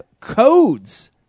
codes